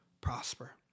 prosper